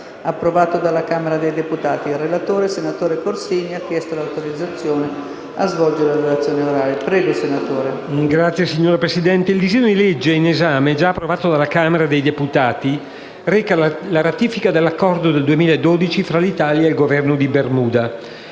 il disegno di legge in esame, già approvato dalla Camera dei deputati, reca la ratifica dell'Accordo del 2012 fra l'Italia e il Governo di Bermuda.